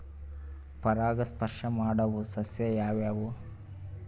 ಪರಾಗಸ್ಪರ್ಶ ಮಾಡಾವು ಸಸ್ಯ ಯಾವ್ಯಾವು?